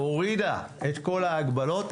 הורידה את כל ההגבלות.